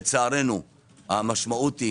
לצערנו המשמעות היא